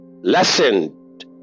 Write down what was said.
lessened